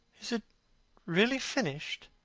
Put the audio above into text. is it really finished?